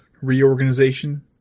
reorganization